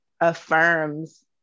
affirms